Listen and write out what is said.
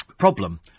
problem